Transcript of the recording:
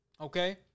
Okay